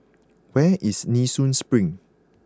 where is Nee Soon Spring